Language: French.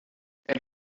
elle